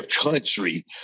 country